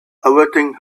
averting